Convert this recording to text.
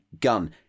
gun